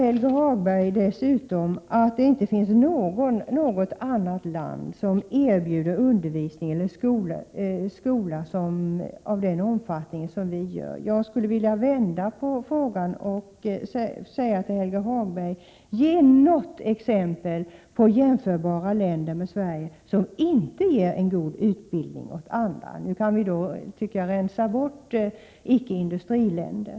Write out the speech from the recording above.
Helge Hagberg sade dessutom att det inte finns något annat land som erbjuder skolundervisning av samma omfattning som tillhandahålls i vår skola. Jag skulle vilja vända på det hela och fråga Helge Hagberg: Kan Helge Hagberg ge något exempel på med Sverige jämförbara länder som inte ger en god utbildning åt alla? Vi kan då rensa bort icke industriländer.